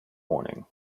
morning